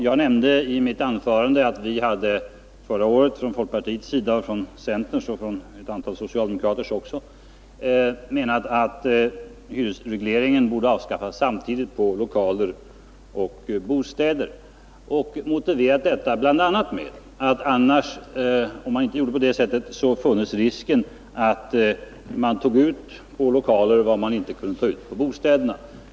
Jag nämnde i mitt anförande att vi förra året inom folkpartiet — liksom centern och ett antal socialdemokrater — menat att hyresregleringen borde avskaffas samtidigt för lokaler och för bostäder. Vi motiverade detta bl.a. med att om man inte gjorde på det sättet funnes risk för att husägarna tog ut på lokalerna vad de inte kunde ta ut på bostäderna.